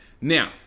Now